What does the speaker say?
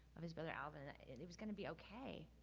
of his brother alvin that it was gonna be okay.